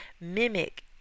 mimic